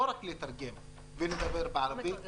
לא רק לתרגם ולדבר בערבית.